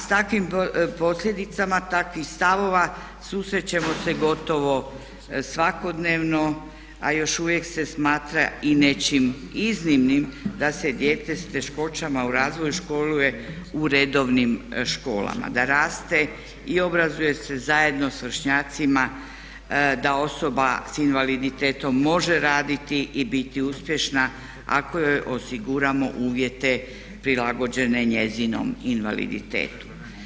S takvim posljedicama takvih stavova susrećemo se gotovo svakodnevno, a još uvijek se smatra i nečim iznimnim da se dijete s teškoćama u razvoju školuje u redovnim školama, da raste i obrazuje se zajedno sa vršnjacima, da osoba sa invaliditetom može raditi i biti uspješna ako joj osiguramo uvjete prilagođene njezinom invaliditetu.